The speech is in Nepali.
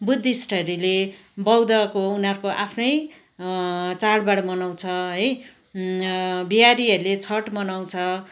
बुद्धिस्टहरूले बौद्धको उनीहरू को आफ्नै चाडबाड मनाउँछ है बिहारीहरूले छठ मनाउँछ